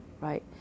right